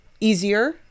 easier